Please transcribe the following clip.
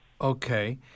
Okay